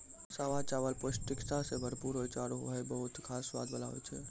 सावा चावल पौष्टिकता सें भरपूर होय छै आरु हय बहुत खास स्वाद वाला होय छै